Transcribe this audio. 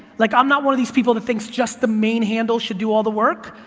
like i'm not one of these people that thinks just the main handle should do all the work.